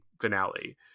finale